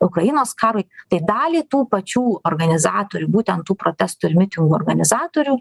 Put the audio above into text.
ukrainos karui tai dalį tų pačių organizatorių būtent tų protestų ir mitingų organizatorių